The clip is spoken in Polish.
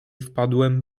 wpadłem